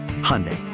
Hyundai